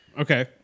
Okay